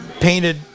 painted